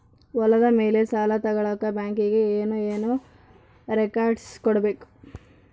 ಹೊಲದ ಮೇಲೆ ಸಾಲ ತಗಳಕ ಬ್ಯಾಂಕಿಗೆ ಏನು ಏನು ರೆಕಾರ್ಡ್ಸ್ ಕೊಡಬೇಕು?